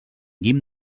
guim